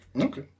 Okay